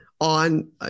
on